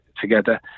together